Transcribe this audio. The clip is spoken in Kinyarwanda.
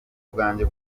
bwanjye